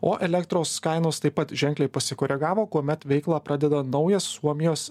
o elektros kainos taip pat ženkliai pasikoregavo kuomet veiklą pradeda naujas suomijos